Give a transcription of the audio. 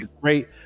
Great